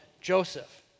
Joseph